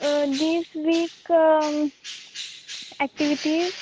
this week activities